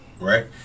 Right